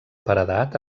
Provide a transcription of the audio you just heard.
paredat